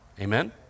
Amen